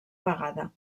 vegada